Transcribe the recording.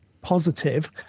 positive